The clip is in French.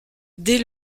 dès